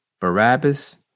Barabbas